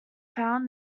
found